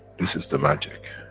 this is the magic.